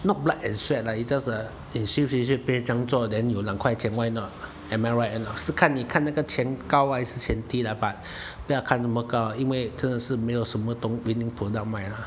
not blood and sweat lah it's just uh 你 ship ship ship 你这样做有两块钱 then why not am I right or not 是看你看那个钱高还是钱低啦 but 不要看么高啦因为真的是没有什么东 winning product 卖啦